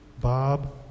Bob